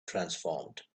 transformed